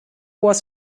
was